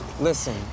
Listen